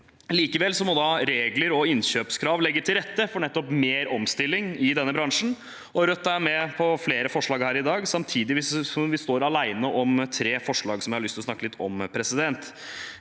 Likevel må regler og innkjøpskrav legge til rette for nettopp mer omstilling i denne bransjen. Rødt er med på flere forslag i dag, samtidig som vi står alene om tre forslag som jeg har lyst til å snakke litt om. Vi